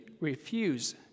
refuse